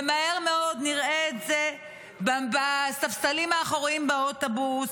ומהר מאוד נראה את זה בספסלים האחוריים באוטובוס,